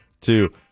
two